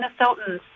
Minnesotans